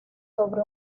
sobre